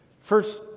First